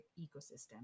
ecosystem